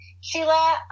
Sheila